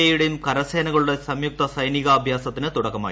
E യൂട്ടെയും കരസേനകളുടെ സംയുക്ത സൈനികാഭ്യാസത്തിന് തുടക്കമായി